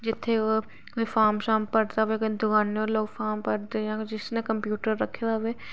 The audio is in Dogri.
जित्थैं ओह् फार्म शार्म भरदा दुकाने पर लोग फार्म भरदे जां जिसने कम्प्यूटर रक्खे दा होवे